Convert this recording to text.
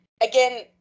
again